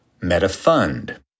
MetaFund